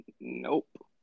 Nope